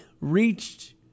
reached